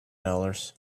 dollars